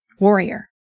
Warrior